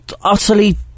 utterly